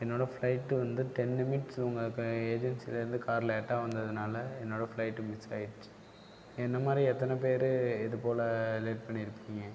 என்னோடய ஃப்ளைட்டு வந்து ten minutes உங்கள் ஏஜென்ஸிலேந்து கார் லேட்டாக வந்ததுனால் என்னோடய ஃப்ளைட்டு மிஸ் ஆயிடிச்சி என்னை மாதிரி எத்தனை பேர் இது போல லேட் பண்ணியிருப்பீங்க